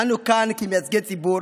אנו כאן מייצגי ציבור,